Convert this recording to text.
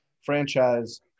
franchise